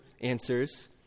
answers